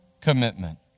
commitment